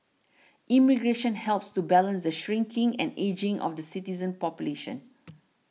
immigration helps to balance the shrinking and ageing of the citizen population